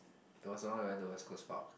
it was the one we went to West Coast Park